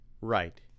Right